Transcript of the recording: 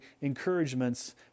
encouragements